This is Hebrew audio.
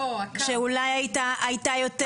שאולי הייתה יותר...